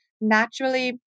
naturally